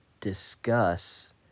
discuss